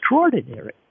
extraordinary